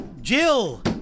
Jill